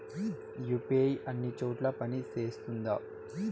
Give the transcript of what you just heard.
UPI అన్ని చోట్ల పని సేస్తుందా?